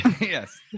yes